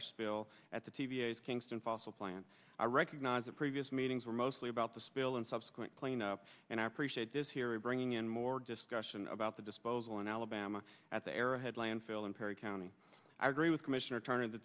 spill at the t v s kingston fossil plant i recognize that previous meetings were mostly about the spill and subsequent cleanup and i appreciate this here in bringing in more discussion about the disposal in alabama at the arrowhead landfill in perry county i agree with commissioner turn